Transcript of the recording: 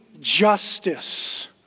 justice